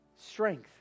strength